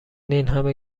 اینهمه